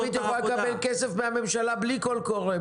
רשות מקומית יכולה לקבל כסף מהממשלה בלי קול קורא.